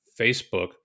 Facebook